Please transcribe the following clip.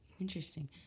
Interesting